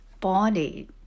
body